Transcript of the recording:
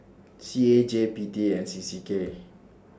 C A G P T and C C K